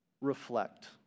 Reflect